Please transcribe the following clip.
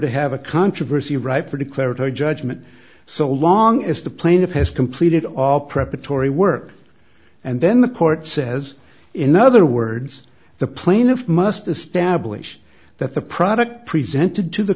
to have a controversy ripe for declaratory judgment so long as the plaintiff has completed all preparatory work and then the court says in other words the plaintiff must establish that the product presented to the